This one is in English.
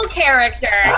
character